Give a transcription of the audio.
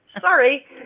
Sorry